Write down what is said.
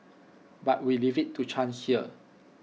but we leave IT to chance here